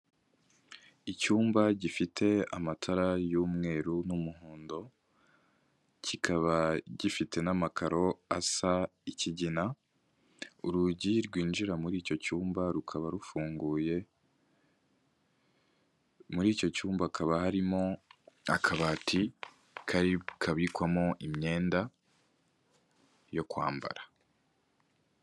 Icyumba gifite amatara y'umweru n'umuhondo, kikaba gifite n'amakaro asa ikigina, urugi rwinjira muri icyo cyumba rukaba rufunguye, muri icyo cyumba hakaba harimo akabati kabikwamo imyenda yo kwambara.